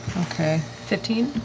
okay, fifteen?